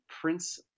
Prince